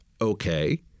okay